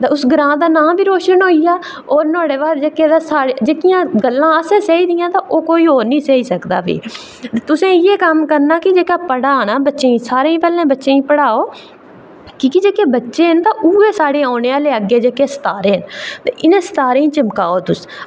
तां उस ग्रांऽ दा नांऽ बी रोशन होई जा ते होर नुहाड़े बाद जेह्के साढ़े जेह्की साढ़ी ते जेह्कियां गल्लां असें सेही दियां ते होर कोई निं ओह् सेही सकदा प्ही तुसें इ'यै कम्म करना की पढ़ाना बच्चें गी सारें बच्चें गी पढ़ाओ की के जेह्ड़े बच्चे न उऐ साढ़े अग्गें औने आह्ले सितारे न ते इ'नें सितारें गी चमकाओ तुस